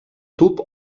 tub